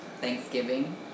Thanksgiving